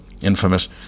infamous